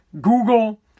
Google